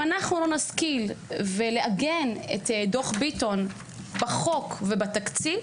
ושאם אנחנו לא נשכיל לעגן את דו"ח ביטון בחוק ובתקציב